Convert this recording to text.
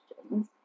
questions